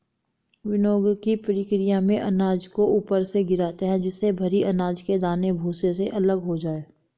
विनोविंगकी प्रकिया में अनाज को ऊपर से गिराते है जिससे भरी अनाज के दाने भूसे से अलग हो जाए